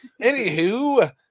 Anywho